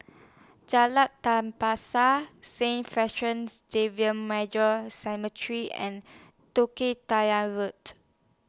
Jalan Tapisa Saint Francis Xavier Major Seminary and Tengah Road